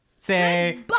Say